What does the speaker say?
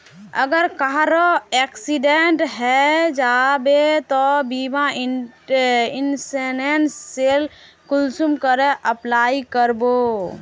अगर कहारो एक्सीडेंट है जाहा बे तो बीमा इंश्योरेंस सेल कुंसम करे अप्लाई कर बो?